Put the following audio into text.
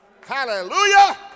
Hallelujah